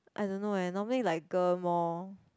I don't know leh normally like girl more